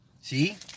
See